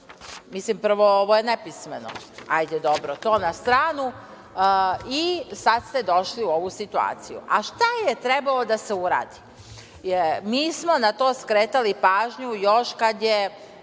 Mislim, prvo ovo je nepismeno. Hajde, dobro, to na stranu. I sada ste došli u ovu situaciju. Šta je trebalo da se uradi? Mi smo na to skretali pažnju još kada je